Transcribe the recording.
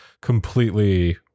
completely